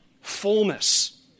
Fullness